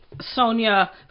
Sonia